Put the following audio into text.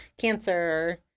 cancer